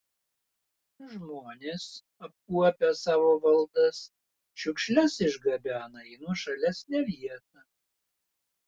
žmonės apkuopę savo valdas šiukšles išgabena į nuošalesnę vietą